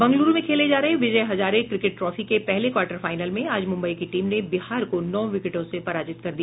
बंगलूरू में खेले जा रहे विजय हजारे क्रिकेट ट्राफी के पहले क्वार्टर फाईनल में आज मुम्बई की टीम ने बिहार को नौ विकेटों से पराजित कर दिया